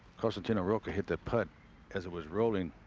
because it's in a rock, hit the putt as it was rolling.